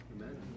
Amen